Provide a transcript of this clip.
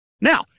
Now